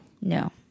No